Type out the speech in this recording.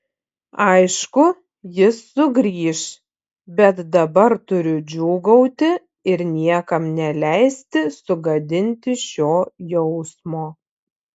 aišku jis sugrįš bet dabar turiu džiūgauti ir niekam neleisti sugadinti šio jausmo